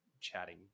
chatting